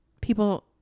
people